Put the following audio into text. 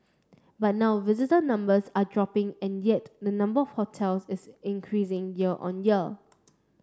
but now visitor numbers are dropping and yet the number hotels is increasing year on year